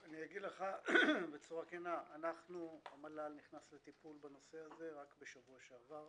אגיד לך בצורה כנה: המל"ל נכנס לטיפול בנושא הזה רק בשבוע שעבר.